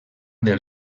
del